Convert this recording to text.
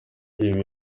ibi